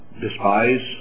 despise